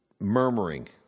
murmuring